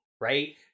right